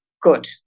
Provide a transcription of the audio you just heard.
good